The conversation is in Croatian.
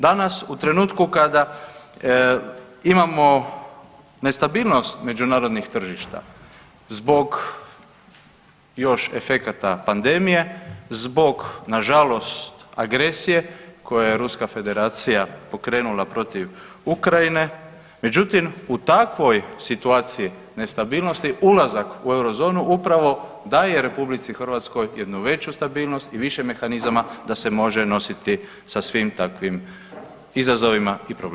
Danas u trenutku kada imamo nestabilnost međunarodnih tržišta zbog još efekata pandemije, zbog nažalost agresija koju je Ruska Federacija pokrenula protiv Ukrajine, međutim u takvoj situaciji nestabilnosti ulazak u eurozonu upravo daje RH jednu veću stabilnost i više mehanizama da se može nositi sa svim takvim izazovima i problemima.